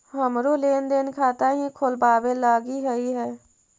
हमरो लेन देन खाता हीं खोलबाबे लागी हई है